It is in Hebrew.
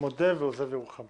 מודה ועוזב ירוחם.